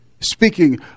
Speaking